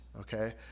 okay